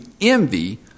envy